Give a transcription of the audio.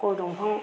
गय दंफां